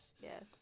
Yes